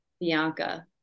Bianca